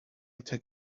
took